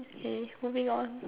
okay moving on